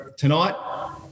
Tonight